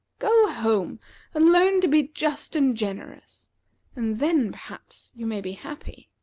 go home and learn to be just and generous and then, perhaps, you may be happy.